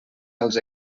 als